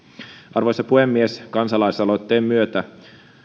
arvoisa puhemies kansalaisaloitteen myötä